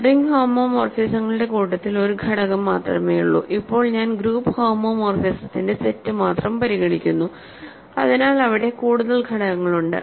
ring ഹോമോമോർഫിസങ്ങളുടെ കൂട്ടത്തിൽ ഒരു ഘടകം മാത്രമേയുള്ളൂ ഇപ്പോൾ ഞാൻ ഗ്രൂപ്പ് ഹോമോമോർഫിസത്തിന്റെ സെറ്റ് മാത്രം പരിഗണിക്കുന്നു അതിനാൽ അവിടെ കൂടുതൽ ഘടകങ്ങളുണ്ട്